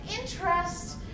interest